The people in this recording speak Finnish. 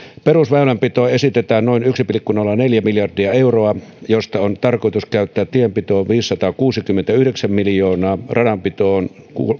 perusväylänpitoon esitetään noin yksi pilkku nolla neljä miljardia euroa josta on tarkoitus käyttää tienpitoon viisisataakuusikymmentäyhdeksän miljoonaa radanpitoon